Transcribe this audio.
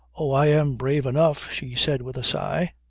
oh, i am brave enough, she said with a sigh.